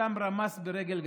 שאותם רמס ברגל גסה.